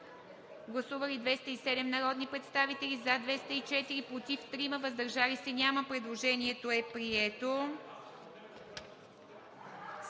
Гласували 207 народни представители: за 204, против 3, въздържали се няма. Предложението е прието.